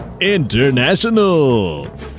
international